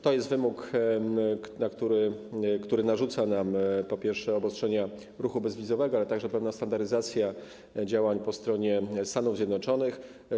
To jest wymóg, który narzuca nam, po pierwsze, obostrzenia ruchu bezwizowego, ale także jest to pewna standaryzacja działań po stronie Stanów Zjednoczonych.